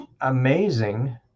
amazing